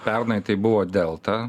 pernai tai buvo delta